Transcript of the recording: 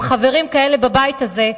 עם חברים כאלה בבית הזה,